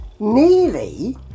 nearly